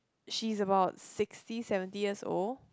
she's about sixty seventy years old